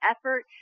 effort